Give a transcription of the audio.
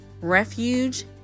Refuge